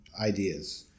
ideas